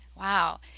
Wow